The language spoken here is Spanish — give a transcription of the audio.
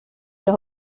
los